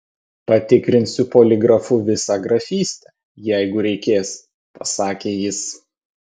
patikrinsiu poligrafu visą grafystę jeigu reikės pasakė jis